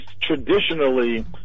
traditionally